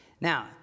Now